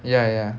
ya ya